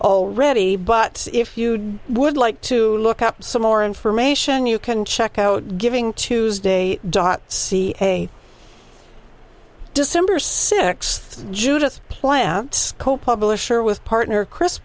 already but if you would like to look up some more information you can check out giving tuesday dot ca december sixth judith plants co publisher with partner chris